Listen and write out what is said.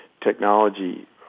technology